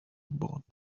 bought